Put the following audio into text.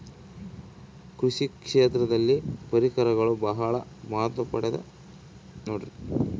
ಕೃಷಿ ಕ್ಷೇತ್ರದಲ್ಲಿ ಪರಿಕರಗಳು ಬಹಳ ಮಹತ್ವ ಪಡೆದ ನೋಡ್ರಿ?